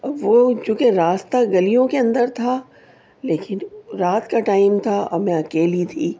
وہ چونکہ راستہ گلیوں کے اندر تھا لیکن رات کا ٹائم تھا اب میں اکیلی تھی